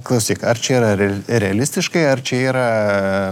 klausyk ar čia yra ir rea realistiškai ar čia yra